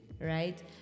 Right